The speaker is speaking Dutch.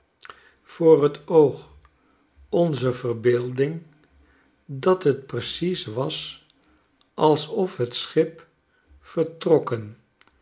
voor t oog onzer verbeelding dat het precies was alsof het schip vertrokken